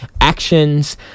actions